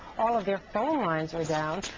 all of their phone lines are down,